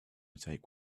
take